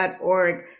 org